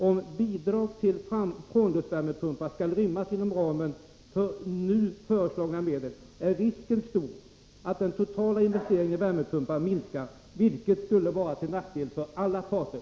Om bidrag till frånluftsvärmepumpar skall rymmas inom ramen för nu föreslagna medel är risken stor att den totala investeringen i värmepumpar minskar, vilket skulle vara till nackdel för alla parter.